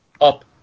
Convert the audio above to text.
up